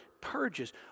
purges